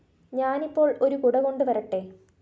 ഞാനിപ്പോള് ഒരു കുട കൊണ്ടു വരട്ടെ